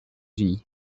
unis